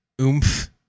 Oomph